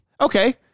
Okay